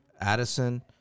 Addison